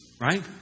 right